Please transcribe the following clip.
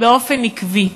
באופן עקבי,